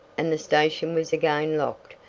and the station was again locked,